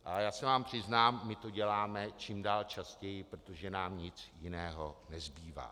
Ale já se vám přiznám, my to děláme čím dál častěji, protože nám nic jiného nezbývá.